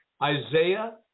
Isaiah